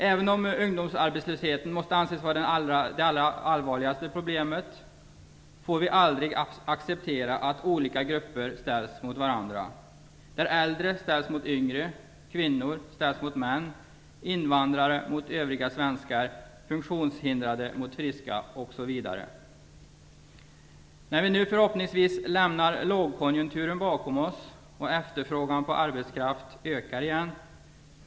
Även om ungdomsarbetslösheten måste anses vara det allvarligaste problemet får vi aldrig acceptera att olika grupper ställs mot varandra, att äldre ställs mot yngre, att kvinnor ställs mot män, att invandrare ställs mot övriga svenskar, att funktionshindrade ställs mot friska osv. Nu lämnar vi förhoppningsvis lågkonjunkturen bakom oss, och efterfrågan på arbetskraft ökar igen.